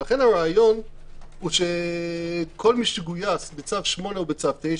לכן הרעיון הוא שכל מי שגויס בצו 8 או בצו 9